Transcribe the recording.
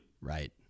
Right